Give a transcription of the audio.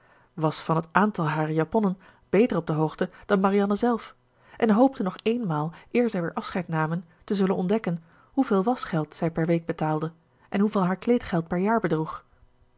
was van het aantal harer japonnen beter op de hoogte dan marianne zelf en hoopte nog eenmaal eer zij weer afscheid namen te zullen ontdekken hoeveel waschgeld zij per week betaalde en hoeveel haar kleedgeld per jaar bedroeg